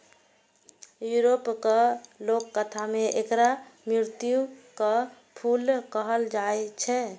यूरोपक लोककथा मे एकरा मृत्युक फूल कहल जाए छै